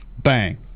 Bang